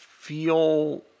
feel